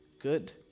Good